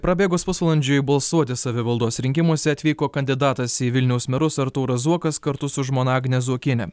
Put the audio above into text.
prabėgus pusvalandžiui balsuoti savivaldos rinkimuose atvyko kandidatas į vilniaus merus artūras zuokas kartu su žmona agne zuokiene